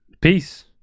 Peace